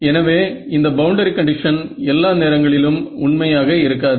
எனவே இந்த boundary condition எல்லா நேரங்களிலும் உண்மையாக இருக்காது